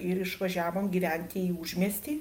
ir išvažiavom gyventi į užmiestį